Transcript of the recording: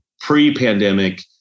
pre-pandemic